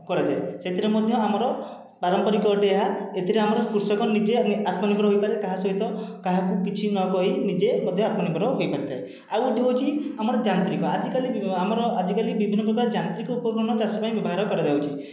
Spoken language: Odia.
କରାଯାଏ ସେଥିରେ ମଧ୍ୟ ଆମର ପାରମ୍ପରିକ ଅଟେ ଏହା ଏଥିରେ ଆମର କୃଷକ ନିଜେ ଆତ୍ମନିର୍ଭର ହୋଇପାରେ କାହା ସହିତ କାହାକୁ କିଛି ନ କହି ନିଜେ ମଧ୍ୟ ଆତ୍ମନିର୍ଭର ହୋଇପାରିଥାଏ ଆଉ ଗୋଟିଏ ହେଉଛି ଆମର ଯାନ୍ତ୍ରିକ ଆଜିକାଲି ଆମର ଆଜିକାଲି ବିଭିନ୍ନ ପ୍ରକାର ଯାନ୍ତ୍ରିକ ଉପକରଣ ଚାଷ ପାଇଁ ବ୍ୟବହାର କରାଯାଉଛି